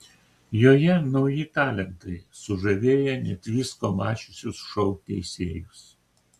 joje nauji talentai sužavėję net visko mačiusius šou teisėjus